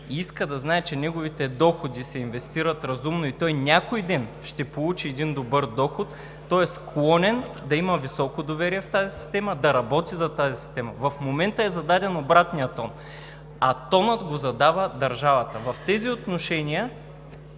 иска да знае, че неговите доходи се инвестират разумно и той някой ден ще получи един добър доход. Тогава е склонен да има високо доверие в тази система, да работи за тази система. В момента е зададен обратният тон, а тонът го задава държавата. В тези отношения